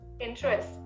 interest